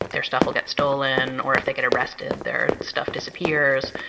their stuff will get stolen or if they get arrested, their stuff disappears.